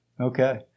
Okay